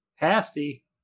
pasty